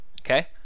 Okay